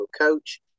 coach